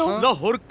know i'll